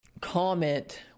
comment